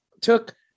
Took